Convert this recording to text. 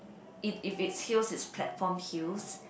it if it's heels is platform heels